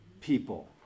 people